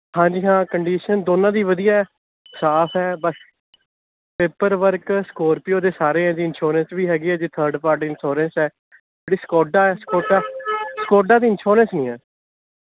ਹਾਂਜੀ ਹਾਂ ਕੰਡੀਸ਼ਨ ਦੋਨਾਂ ਦੀ ਵਧੀਆ ਹੈ ਸਾਫ਼ ਹੈ ਬਸ ਪੇਪਰ ਵਰਕ ਸਕੋਰਪੀਓ ਦੇ ਸਾਰੇ ਹੈ ਜੀ ਇੰਨਸ਼ੋਐਰਸ ਵੀ ਹੈਗੀ ਹੈ ਜੀ ਥਰਡ ਪਾਰਟੀ ਇੰਨਸ਼ੋਅਰੈਸ ਹੈ ਜਿਹੜੀ ਸਕੋਡਾ ਹੈ ਸਕੋਡਾ ਸਕੋਡਾ ਦੀ ਇੰਨਸ਼ੋਅਰੈਸ ਨਹੀਂ ਹੈ